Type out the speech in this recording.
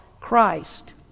Christ